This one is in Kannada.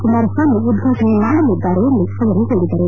ಕುಮಾರಸ್ವಾಮಿ ಉದ್ವಾಟನೆ ಮಾಡಲಿದ್ದಾರೆ ಎಂದು ಅವರು ಹೇಳಿದರು